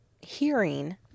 hearing